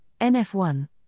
NF1